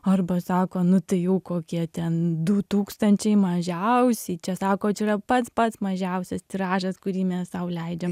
arba sako nu tai jau kokie ten du tūkstančiai mažiausiai čia sako čia yra pats pats mažiausias tiražas kurį mes sau leidžiam